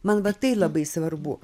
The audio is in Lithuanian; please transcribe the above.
man va tai labai svarbu